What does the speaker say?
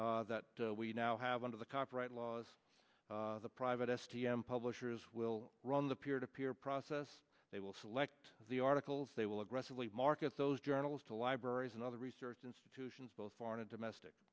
protection that we now have under the copyright laws the private s t m publishers will run the peer to peer process they will select the articles they will aggressively market those journals to libraries and other research institutions both foreign and domestic